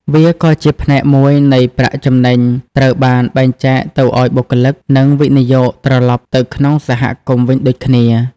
វាក៏ជាផ្នែកមួយនៃប្រាក់ចំណេញត្រូវបានបែងចែកទៅឱ្យបុគ្គលិក និងវិនិយោគត្រឡប់ទៅក្នុងសហគមន៍វិញដូចគ្នា ។